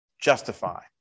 justify